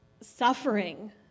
suffering